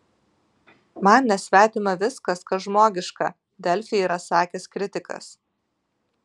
man nesvetima viskas kas žmogiška delfi yra sakęs kritikas